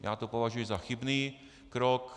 Já to považuji za chybný krok.